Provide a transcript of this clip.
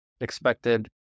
expected